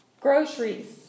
groceries